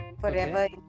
forever